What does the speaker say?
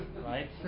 right